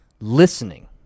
listening